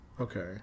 okay